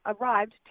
Arrived